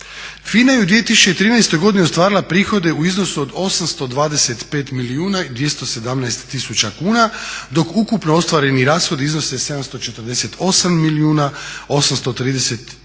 FINA je u 2013. godini ostvarila prihode u iznosu od 825 milijuna i 217 tisuća kuna, dok ukupno ostvareni rashodi iznose 748